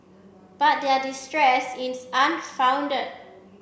but their distress is unfounded